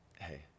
hey